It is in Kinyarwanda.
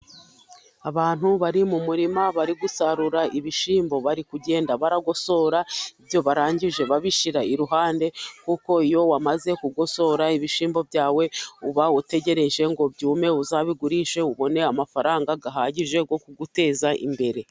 Abantu bari mu murima bari gusarura ibishyimbo, bari kugenda bagosora, ibyo barangije babishyira iruhande, kuko iyo wamaze kugosora ibishyimbo byawe, uba utegereje ngo byume uzabigurishe ubone amafaranga gahagije yo kuguteza imbere.